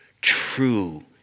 true